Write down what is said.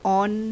on